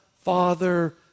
Father